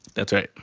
that's right.